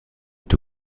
est